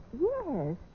yes